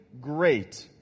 great